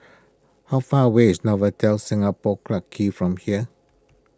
how far away is Novotel Singapore Clarke Quay from here